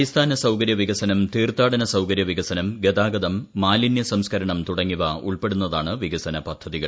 അടിസ്ഥാന സൌകര്യ വികസനം തീർത്ഥാടന സൌകര്യ വികസനം ഗതാഗതം മാലിന്യ സംസ്കരണം തുടങ്ങിയവ ഉൾപ്പെടുന്നതാണ് വികസന പദ്ധതികൾ